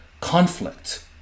conflict